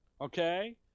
okay